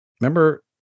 Remember